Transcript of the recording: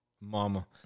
mama